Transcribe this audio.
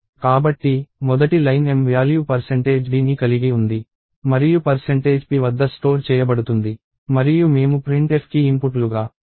కాబట్టి మొదటి line m value d ని కలిగి ఉంది మరియు p వద్ద స్టోర్ చేయబడుతుంది మరియు మేము printfకి ఇన్పుట్లుగా రెండు పారామీటర్స్ ను ఇస్తాము